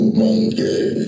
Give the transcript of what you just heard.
monkey